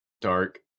dark